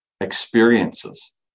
experiences